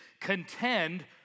contend